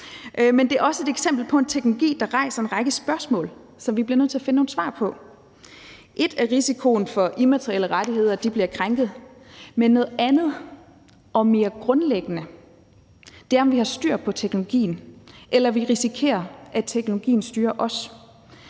det er også et eksempel på en teknologi, der rejser en række spørgsmål, som vi bliver nødt til at finde nogle svar på. Et er risikoen for, at immaterielle rettigheder bliver krænket, men noget andet og mere grundlæggende er, om vi har styr på teknologien, eller om vi risikerer, at teknologien styrer os